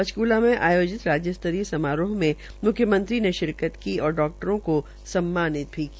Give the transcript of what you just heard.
चकूला में आयोजित राज्य स्तरीय समारोह मे मुख्यमंत्री ने शिरकित की और डाक्टरों को सम्मानित भी किया